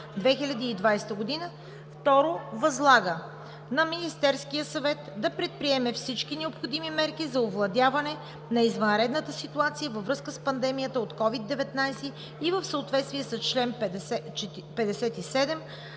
2020 г. 2. Възлага на Министерския съвет да предприеме всички необходими мерки за овладяване на извънредната ситуация във връзка с пандемията от COVID-19 и в съответствие с чл. 57,